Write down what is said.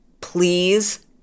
please